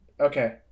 okay